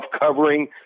covering